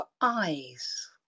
eyes